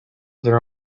their